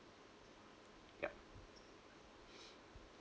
yup